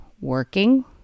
working